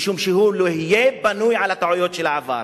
משום שהוא לא יהיה בנוי על הטעויות של העבר.